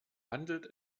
handelt